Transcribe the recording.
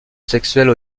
sexuelle